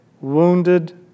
wounded